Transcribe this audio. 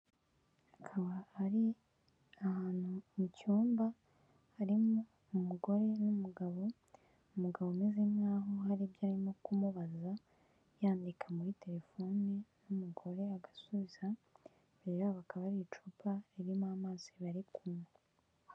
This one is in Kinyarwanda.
Hakaba ari ahantu mu cyumba, harimo umugore n'umugabo, umugabo umeze nkaho hari ibyo arimo kumubaza yandika muri telefone n'umugore agasubiza, imbere yabo hakaba hari icupa ririmo amazi bari kunywa.